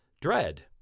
dread